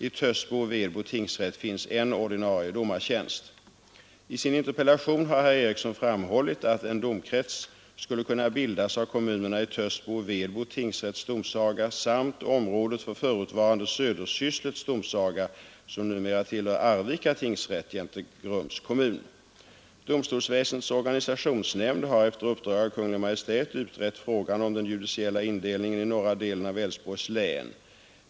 I Tössbo och Vedbo tingsrätt finns en I sin interpellation har herr Eriksson framhållit att en domkrets skulle kunna bildas av kommunerna i Tössbo och Vedbo tingsrätts domsaga samt området för förutvarande Södersysslets domsaga, som numera tillhör Arvika tingsrätt, jämte Grums kommun. Domstolsväsendets organisationsnämnd har efter uppdrag av Kungl. Maj:t utrett frågan om den judiciella indelningen i norra delen av Älvsborgs län.